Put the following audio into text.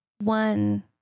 one